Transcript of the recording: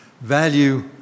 Value